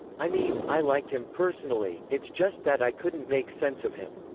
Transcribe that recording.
i mean, i liked him personally, it's just that i couldn't make sense of him.